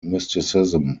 mysticism